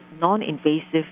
non-invasive